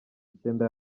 icyenda